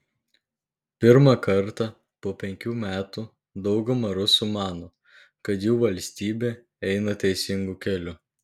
pirmą kartą po penkių metų dauguma rusų mano kad jų valstybė eina teisingu keliu